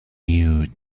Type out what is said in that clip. you